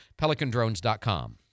pelicandrones.com